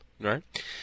right